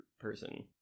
person